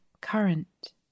Current